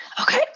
Okay